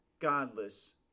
godless